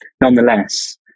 Nonetheless